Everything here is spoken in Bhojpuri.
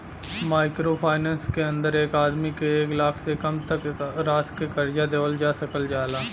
माइक्रो फाइनेंस के अंदर एक आदमी के एक लाख से कम तक क राशि क कर्जा देवल जा सकल जाला